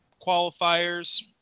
qualifiers